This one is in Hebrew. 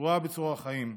צרורה בצרור החיים.